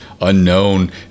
unknown